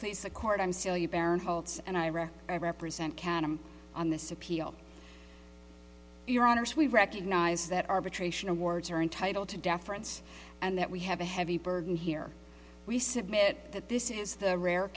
please the court i'm still your parent holds and i reckon i represent count him on this appeal your honors we recognize that arbitration awards are entitled to deference and that we have a heavy burden here we submit that this is the rare